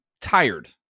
tired